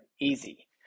easy